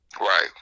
Right